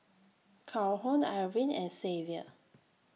Calhoun Irvine and Xavier